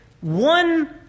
One